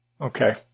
okay